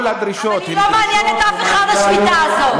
אבל היא לא מעניינת אף אחד, השביתה הזאת.